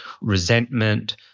resentment